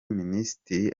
minisitiri